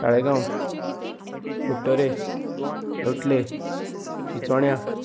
ताळेगांव कोटरे रटले चिचोण्या